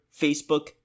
facebook